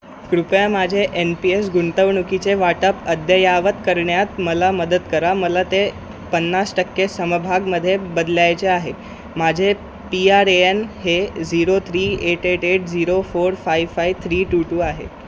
कृपया माझे N P S गुंतवणुकीचे वाटप अद्ययावत करण्यात मला मदत करा मला ते पन्नास टक्के समभागमध्ये बदलायचे आहे माझे पी आर ए एन हे zero three eight eight eight zero four five five three two two आहे